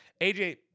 AJ